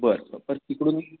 बरं बरं तिकडून